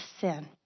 sin